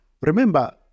Remember